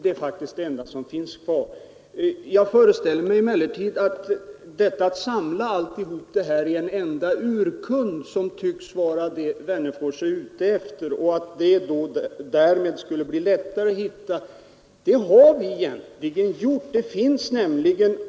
Det som herr Wennerfors tycks vara ute efter, att få allt material samlat i en enda urkund för att det därmed skulle bli lättare att hitta, är redan klart.